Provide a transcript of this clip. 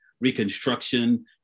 reconstruction